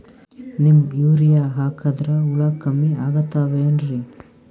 Neem urea ಹಾಕದ್ರ ಹುಳ ಕಮ್ಮಿ ಆಗತಾವೇನರಿ?